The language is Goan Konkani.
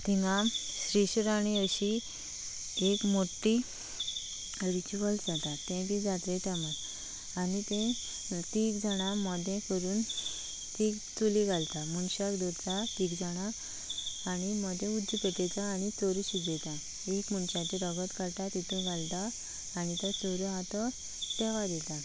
थिंगां श्रीशराणी अशी एक मोट्टी रिच्वल जाता तें बी जात्रे टायमा आनी तें तीग जाणा मोदें करून तीग चुली घालता मनशाक दोत्ता तीग जाणा आनी मोदें उजो पेटयता आनी चोरू शिजयता एक मनशाचें रगत काडटा तेतू घालता आनी तो चोरू हा तो देवा दिता